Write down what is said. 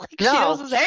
No